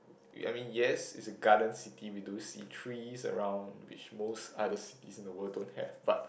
you I mean yes it's a garden city we do see trees around which most other cities in the world don't have but